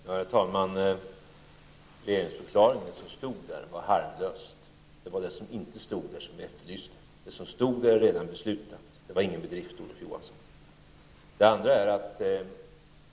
Herr talman! Det som stod i regeringsförklaringen var harmlöst. Det som inte stod där var det som vi efterlyste. Det som stod där är redan beslutat, så det var ingen bedrift, Olof Johansson.